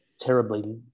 terribly